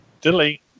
Delete